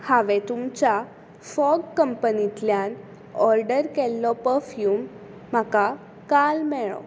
हांवें तुमच्या फॉग कंपनींतल्यान ऑर्डर केल्लो पफ्यूम म्हाका काल मेळो